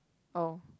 oh